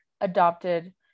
adopted